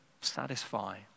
satisfy